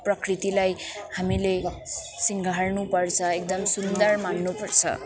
प्रकृतिलाई हामीले शृङ्गार्नु पर्छ एकदम सुन्दर मान्नुपर्छ